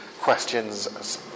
questions